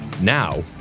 Now